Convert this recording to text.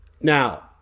Now